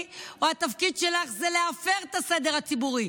או שהתפקיד שלך זה להפר את הסדר הציבורי?